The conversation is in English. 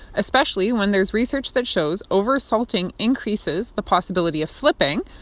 especially when there's research that shows over-salting increases the possibility of slipping,